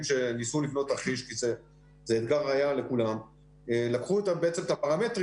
שניסו לבנות תרחיש כי זה היה אתגר לכולם - לקחו את הפרמטרים